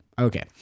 Okay